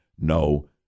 no